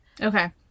Okay